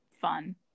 fun